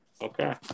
Okay